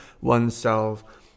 oneself